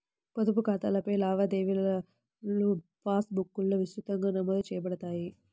పొదుపు ఖాతాలపై లావాదేవీలుపాస్ బుక్లో విస్తృతంగా నమోదు చేయబడతాయి